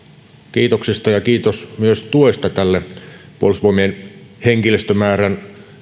kiitoksista ja kiitos myös tuesta tälle puolustusvoimien henkilöstömäärän